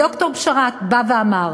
ד"ר בשאראת בא ואמר